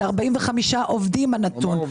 זה 45 עובדים הנתון.